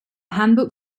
handbook